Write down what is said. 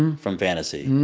and from fantasy,